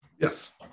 Yes